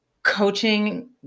coaching